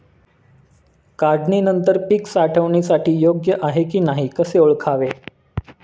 काढणी नंतर पीक साठवणीसाठी योग्य आहे की नाही कसे ओळखावे?